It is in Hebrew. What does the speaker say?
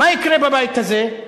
מה יקרה בבית הזה?